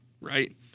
right